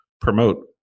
promote